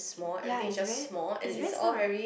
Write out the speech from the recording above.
ya is very is very small right